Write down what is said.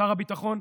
שר הביטחון,